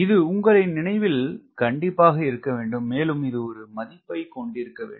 இது உங்களின் நினைவில் கண்டிப்பாக இருக்க வேண்டும் மேலும் இது ஒரு மதிப்பை கொண்டிருக்க வேண்டும்